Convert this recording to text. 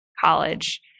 college